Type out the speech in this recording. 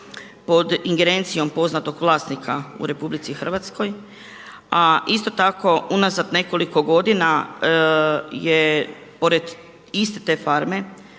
pod ingerencijom poznatog vlasnika u RH, a isto tako unazad nekoliko godina je pored iste te farme